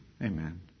Amen